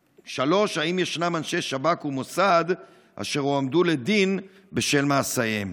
3. האם יש אנשי שב"כ ומוסד אשר הועמדו לדין בשל מעשיהם?